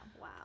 wow